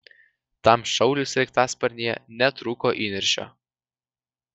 tam šauliui sraigtasparnyje netrūko įniršio